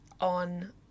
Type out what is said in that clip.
on